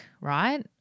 right